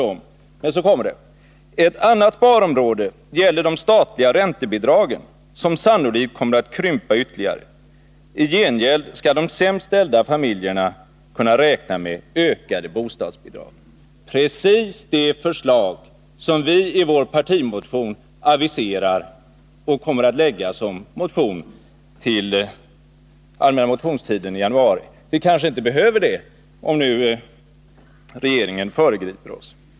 Men sedan framhåller man: ”Ett annat sparområde gäller de statliga räntebidragen, som sannolikt kommer att krympa ytterligare. I gengäld skall de sämst ställda familjerna kunna räkna med ökade bostadsbidrag.” Detta är precis det förslag som vi i vår partimotion aviserar och kommer att lägga fram i motionsform under den allmänna motionstiden i januari. Men vi kanske inte behöver göra det, om regeringen nu föregriper oss.